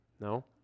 No